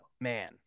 Man